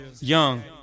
Young